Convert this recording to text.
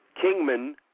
Kingman